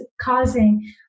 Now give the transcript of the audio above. causing